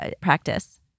practice